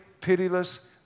pitiless